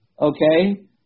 okay